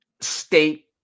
state